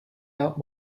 out